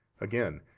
again